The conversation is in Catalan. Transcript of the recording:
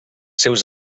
seus